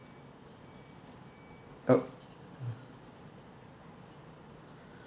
oh